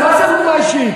מה זה דוגמה אישית?